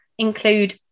include